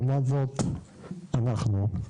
לעומת זאת, אנחנו,